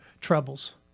troubles